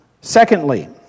Secondly